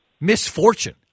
misfortune